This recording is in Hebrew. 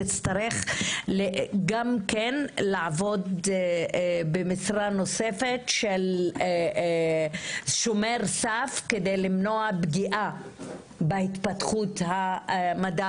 תצטרך גם כן לעבוד במשרה נוספת של שומר סף כדי למנוע פגיעה בהתפתחות המדע